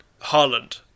Holland